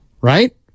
right